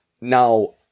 Now